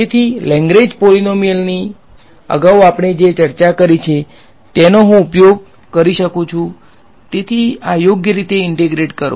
તેથી Lagrange polynomial ની અગાઉ આપણે જે ચર્ચા કરી છે તેનો હું ઉપયોગ કરી શકું છું તેથી આ યોગ્ય રીતે ઈંટેગ્રેટ કરો